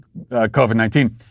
COVID-19